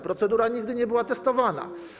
Procedura nigdy nie była testowana.